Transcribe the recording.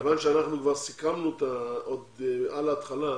כיון שאנחנו כבר סיכמנו עוד בהתחלה,